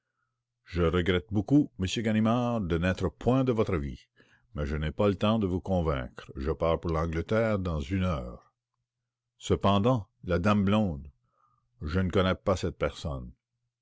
je regrette beaucoup m ganimard de n'être point de votre avis mais je n'ai pas le temps de vous convaincre je pars pour l'angleterre dans une heure cependant la dame blonde je ne connais pas cette personne